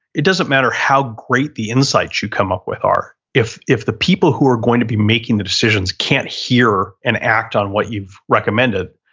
it doesn't matter how great the insights you come up with are. if if the people who are going to be making the decisions can't hear and act on what you've recommended,